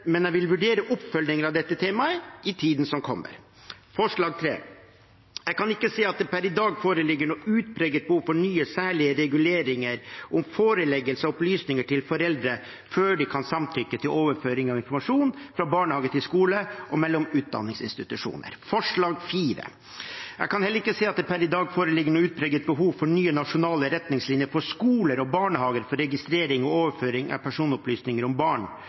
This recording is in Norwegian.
men jeg vil vurdere oppfølgingen av dette temaet i tiden som kommer. Forslag nr. 3: Jeg kan ikke se at det per i dag foreligger noe utpreget behov for nye særlige reguleringer om foreleggelse av opplysninger til foreldre før de kan samtykke til overføring av informasjon fra barnehage til skole og mellom utdanningsinstitusjoner. Forslag nr. 4: Jeg kan heller ikke se at det per i dag foreligger noe utpreget behov for nye nasjonale retningslinjer for skoler og barnehager for registrering og overføring av personopplysninger om barn